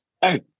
Hey